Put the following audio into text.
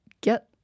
get